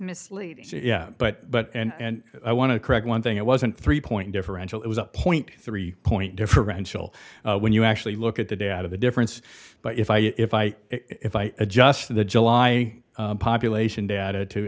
misleading yeah but but and i want to correct one thing it wasn't three point differential it was a point three point differential when you actually look at the day out of a difference but if i if i if i adjust the july population data to